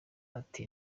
bati